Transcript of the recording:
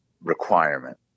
requirement